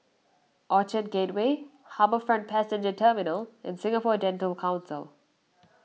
Orchard Gateway HarbourFront Passenger Terminal and Singapore Dental Council